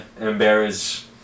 embarrass